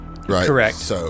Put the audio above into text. Correct